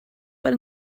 but